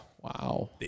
wow